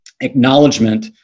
acknowledgement